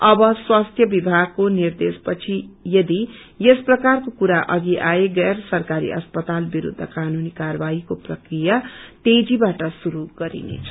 अब स्वास्थ्य विभागको निर्देश पछि यदि यस प्रकारको कुरा अघि आए गैर सरकारी अस्पताल विरूद्ध कानुनी कार्यवाहीको प्रक्रिया तेजीबाट श्रुरू गरिनेछ